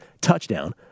touchdown